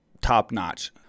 top-notch